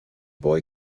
boy